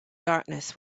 darkness